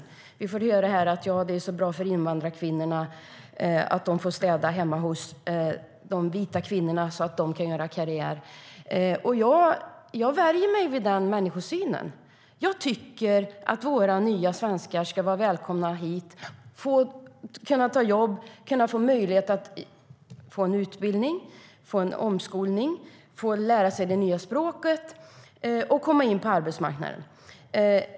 Vi får höra att det är så bra för invandrarkvinnorna att de får städa hemma hos de vita kvinnorna så att dessa kan göra karriär. Jag värjer mig mot den människosynen. Jag tycker att våra nya svenskar ska vara välkomna hit och kunna ta jobb, få möjlighet till utbildning eller omskolning, få lära sig det nya språket och komma in på arbetsmarknaden.